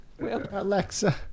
Alexa